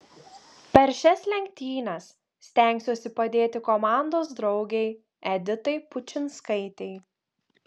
per šias lenktynes stengsiuosi padėti komandos draugei editai pučinskaitei